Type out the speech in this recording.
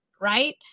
right